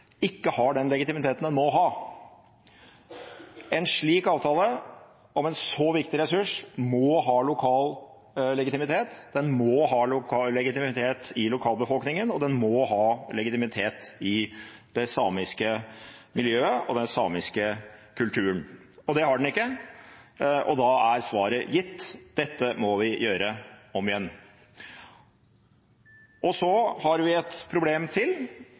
ikke har den legitimiteten den må ha. En slik avtale om en så viktig ressurs må ha lokal legitimitet – den må ha legitimitet i lokalbefolkningen, og den må ha legitimitet i det samiske miljøet og i den samiske kulturen. Det har den ikke, og da er svaret gitt: Dette må vi gjøre om igjen. Så har vi et problem til,